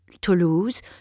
Toulouse